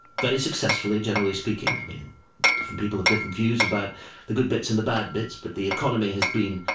very successfully, generally speaking i mean different people have different views about the good bits and the bad bits, but the economy has been,